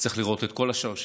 צריך לראות את כל השרשרת,